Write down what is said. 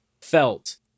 felt